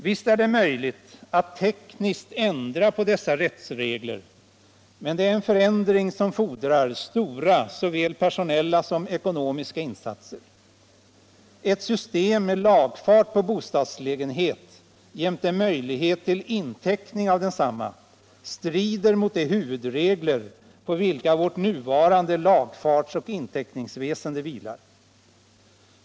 Visst är det möjligt att tekniskt ändra på dessa rättsregler, men det är en förändring som fordrar stora såväl personella som ekonomiska insatser. Ett system med lagfart på bostadslägenhet jämte möjlighet till inteckning av densamma strider mot de huvudregler på vilka vårt nuvarande lagfartsoch inteckningsväsende vilar.